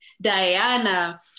Diana